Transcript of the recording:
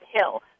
hill